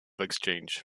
exchange